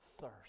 thirst